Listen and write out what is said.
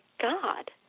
God